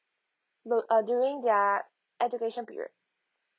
loa~ uh during their education period